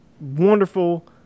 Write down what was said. wonderful